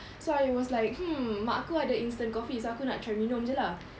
so I was like hmm mak aku ada instant coffee so aku nak try minum jer lah